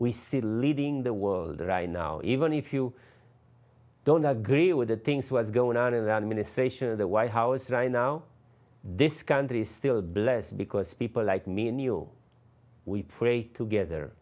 we see leading the world right now even if you don't agree with the things was going on in the administration of the white house right now this country is still blessed because people like me and you we pray together